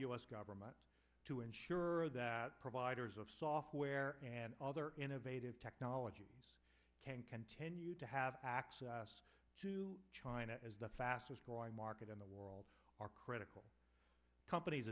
s government to ensure that providers of software and other innovative technology can continue to have access to china as the fastest growing market in the world are critical companies